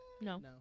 No